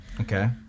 Okay